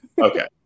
Okay